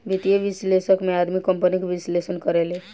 वित्तीय विश्लेषक में आदमी कंपनी के विश्लेषण करेले